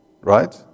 right